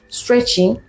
stretching